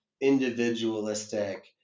individualistic